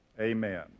amen